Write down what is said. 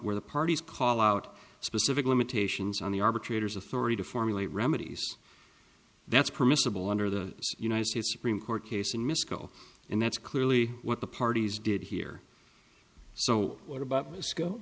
where the parties call out specific limitations on the arbitrator's authority to formulate remedies that's permissible under the united states supreme court case and miscall and that's clearly what the parties did here so what about